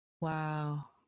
wow